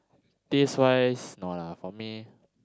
taste wise no lah for me